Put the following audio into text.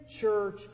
church